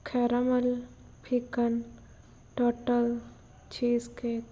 caramel ਫਿਕਨ total ਚੀਜ਼ cake